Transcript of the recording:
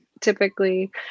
typically